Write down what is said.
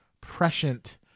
prescient